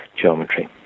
Geometry